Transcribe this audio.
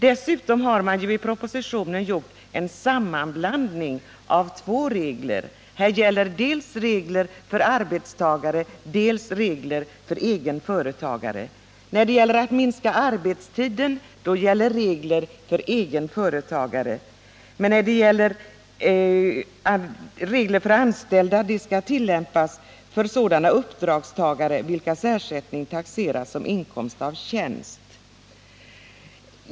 Dessutom har man i propositionen gjort en sammanblandning av två regler — dels regler för arbetstagare, dels regler för egenföretagare. Då det är fråga om att minska arbetstiden gäller regler för egenföretagare. Regler för anställda skall tillämpas för sådana uppdragstagare vilkas ersättning taxeras som inkomst av tjänst.